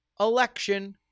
Election